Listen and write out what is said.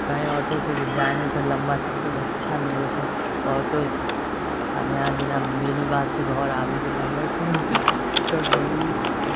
कहीँ ऑटोसँ जायमे फेर लंबा सफरमे अच्छा नहि होइत छै ऑटो आब यहाँ जेना बेनीबाधसँ घर आबयके रहलक तब बोलली तऽ ओ